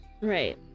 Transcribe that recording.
Right